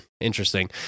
interesting